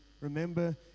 remember